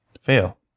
Fail